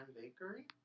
bakery